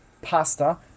pasta